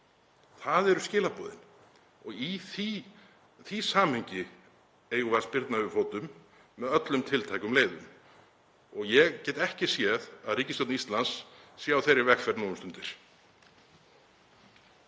Það eru skilaboðin. Í því samhengi eigum við að spyrna við fótum með öllum tiltækum leiðum. Ég get ekki séð að ríkisstjórn Íslands sé á þeirri vegferð nú um stundir.